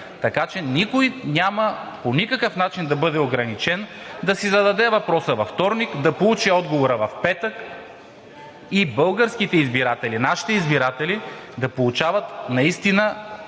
Така че никой по никакъв начин няма да бъде ограничен да си зададе въпроса във вторник, да получи отговора в петък и българските избиратели, нашите избиратели, да получават актуални